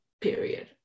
period